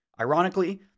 Ironically